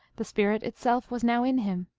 the spirit itself was now in him.